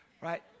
Right